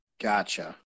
Gotcha